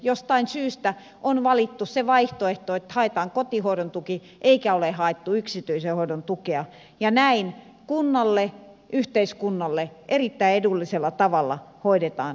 jostain syystä on valittu se vaihtoehto että haetaan kotihoidon tuki eikä ole haettu yksityisen hoidon tukea ja näin kunnalle yhteiskunnalle erittäin edullisella tavalla hoidetaan lapsia